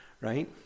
right